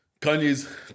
Kanye's